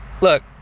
look